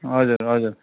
हजुर हजुर